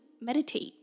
meditate